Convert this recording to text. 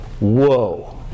Whoa